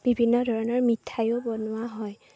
বিভিন্ন ধৰণৰ মিঠায়ো বনোৱা হয়